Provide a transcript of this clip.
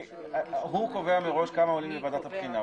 הוא קובע מראש כמה עולים לוועדת הבחינה,